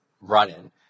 running